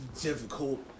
difficult